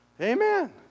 Amen